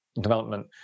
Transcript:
development